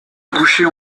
bouchers